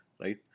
right